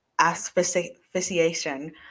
asphyxiation